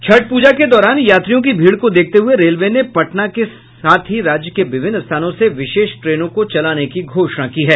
छठ प्रजा के दौरान यात्रियों की भीड़ को देखते हुये रेलवे ने पटना के साथ राज्य के विभिन्न स्थानों से विशेष ट्रेनों को चलाने की घोषणा की है